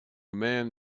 man